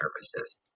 services